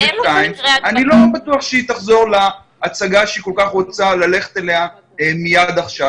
אני לא בטוח שהיא תחזור להצגה שהיא כל כך רוצה ללכת אליה מיד עכשיו.